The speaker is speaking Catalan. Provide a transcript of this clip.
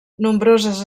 nombroses